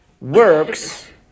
works